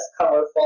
colorful